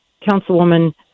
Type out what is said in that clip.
councilwoman